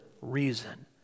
reason